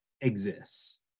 exists